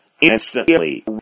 instantly